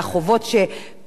כי אחרת הם לא היו סוגרים,